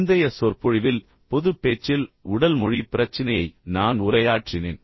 முந்தைய சொற்பொழிவில் பொதுப் பேச்சில் உடல் மொழி பிரச்சினையை நான் உரையாற்றினேன்